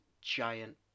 giant